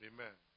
Amen